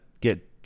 get